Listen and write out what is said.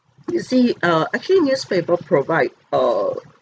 you see err actually newspaper provide err